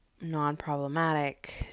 non-problematic